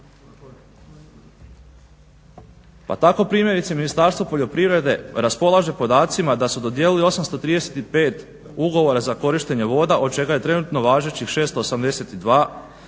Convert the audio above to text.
Pa tako primjerice Ministarstvo poljoprivrede raspolaže podacima da su dodijelili 835 ugovora za korištenje voda od čega je trenutno važećih 682 dok